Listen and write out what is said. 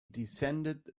descended